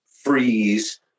freeze